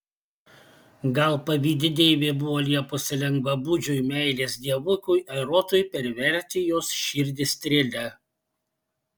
gal pavydi deivė buvo liepusi lengvabūdžiui meilės dievukui erotui perverti jos širdį strėle